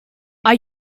are